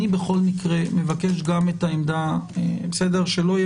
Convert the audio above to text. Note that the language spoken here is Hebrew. אני בכל מקרה מבקש גם את העמדה כדי שלא יהיה